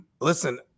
Listen